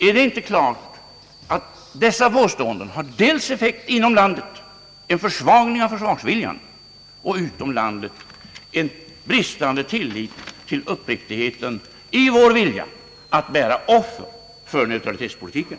är det inte klart att dessa påståenden har effekt dels inom landet — en försvagning av försvarsviljan — dels utom landet — en bristande tillit och uppriktighet för vår vilja att bära offer för neutralitetspolitiken?